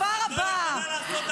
לא יכולה להאשים אותה שהיא הציגה סרטונים